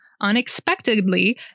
Unexpectedly